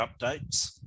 updates